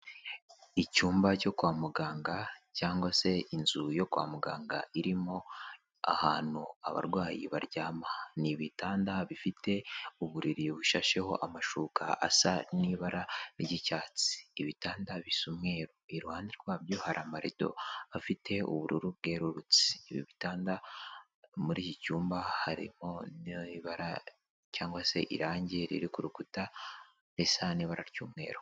Icyumba cyo kwa muganga cyangwa se inzu yo kwa muganga irimo ahantu abarwayi baryama, ni ibitanda bifite uburiri bushasheho amashuka asa n'ibara ry'icyatsi. Ibitanda bisa umweru, iruhande rwabyo hari amarido afite ubururu bwerurutse. Ibi bitanda muri iki cyumba harimo n'i ibara cyangwa se irangi riri ku rukuta risa n'ibara ry'umweru.